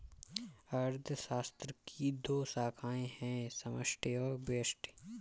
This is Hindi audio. अर्थशास्त्र की दो शाखाए है समष्टि और व्यष्टि